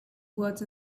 words